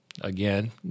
again